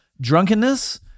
drunkenness